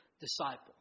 disciple